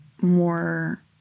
more